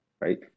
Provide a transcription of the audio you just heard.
right